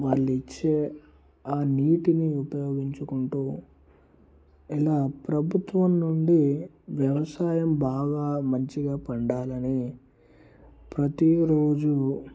వాళ్ళు ఇచ్చే ఆ నీటిని ఉపయోగించుకుంటు ఇలా ప్రభుత్వం నుండి వ్యవసాయం బాగా మంచిగా పండాలని ప్రతి రోజు